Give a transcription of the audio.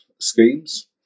schemes